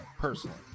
personally